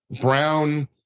brown